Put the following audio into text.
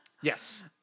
Yes